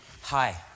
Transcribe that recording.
Hi